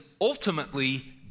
ultimately